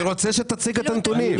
אני רוצה שתציג את הנתונים.